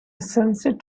sunset